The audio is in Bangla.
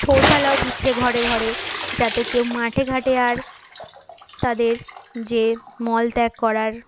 শৌচালয় দিচ্ছে ঘরে ঘরে যাতে কেউ মাঠে ঘাটে আর তাদের যে মলত্যাগ করার